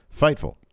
Fightful